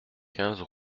quinze